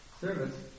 Service